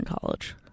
college